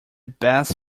best